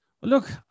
look